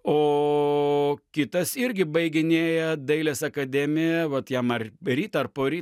o kitas irgi baiginėja dailės akademiją vat jam ar ryt ar poryt